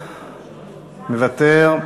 מוותר,